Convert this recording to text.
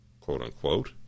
quote-unquote